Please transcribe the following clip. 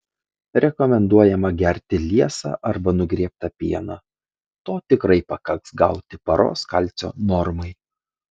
rekomenduojama gerti liesą arba nugriebtą pieną to tikrai pakaks gauti paros kalcio normai